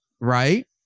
Right